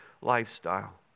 lifestyle